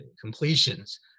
completions